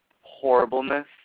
horribleness